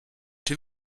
czy